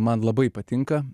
man labai patinka